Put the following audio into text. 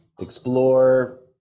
explore